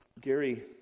Gary